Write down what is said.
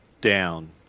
down